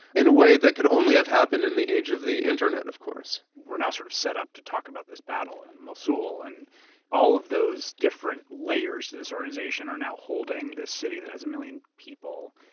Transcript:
in a way that could only have happened in the age of the internet, of course. we're now sort of set up to talk about this battle and mosul and all of those those different layers to this organization are now holding this city that has a million people.